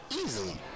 easily